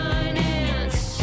Finance